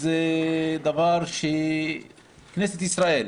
דבר שכנסת ישראל,